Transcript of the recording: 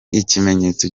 ikimenyetso